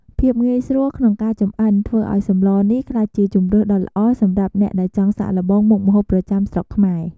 ភាពងាយស្រួលក្នុងការចម្អិនធ្វើឱ្យសម្លនេះក្លាយជាជម្រើសដ៏ល្អសម្រាប់អ្នកដែលចង់សាកល្បងមុខម្ហូបប្រចាំស្រុកខ្មែរ។